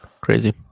Crazy